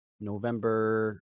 November